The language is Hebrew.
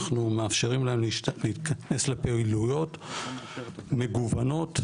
אנחנו מאפשרים להם להיכנס לפעילויות מגוונות,